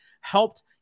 helped